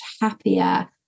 happier